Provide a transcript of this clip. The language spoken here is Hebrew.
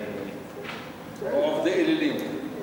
או עובדי אלילים.